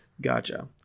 gotcha